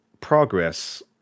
progress